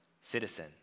citizen